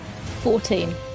Fourteen